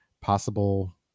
possible